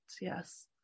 Yes